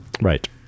right